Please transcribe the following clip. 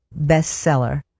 bestseller